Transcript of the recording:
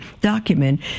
document